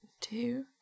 two